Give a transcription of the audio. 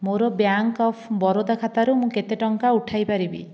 ମୋର bank of Baroda ଖାତାରୁ ମୁଁ କେତେ ଟଙ୍କା ଉଠାଇ ପାରିବି